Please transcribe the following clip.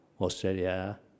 Australia